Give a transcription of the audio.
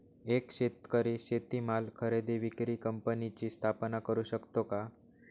एक शेतकरी शेतीमाल खरेदी विक्री कंपनीची स्थापना करु शकतो का?